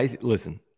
Listen